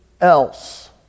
else